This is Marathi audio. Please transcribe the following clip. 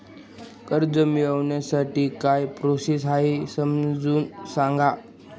कर्ज मिळविण्यासाठी काय प्रोसेस आहे समजावून सांगा